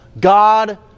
God